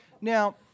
Now